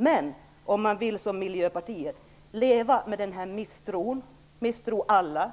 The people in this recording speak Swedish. Men om man som Miljöpartiet vill leva med den här misstron - misstro alla,